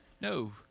No